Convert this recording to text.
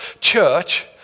church